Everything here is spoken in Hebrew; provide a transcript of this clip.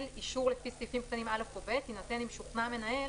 אישור לפי סעיפים קטנים (א) או (ב) יינתן אם שוכנע המנהל